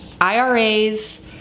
IRAs